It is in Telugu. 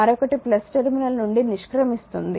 మరొకటి టెర్మినల్ నుండి నిష్క్రమిస్తోంది